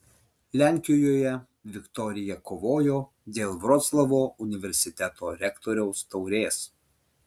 lenkijoje viktorija kovojo dėl vroclavo universiteto rektoriaus taurės